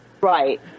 Right